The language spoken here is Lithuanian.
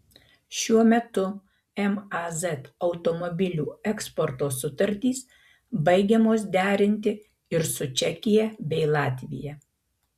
šiuo metu maz automobilių eksporto sutartys baigiamos derinti ir su čekija bei latvija